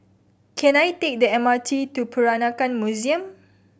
can I take the M R T to Peranakan Museum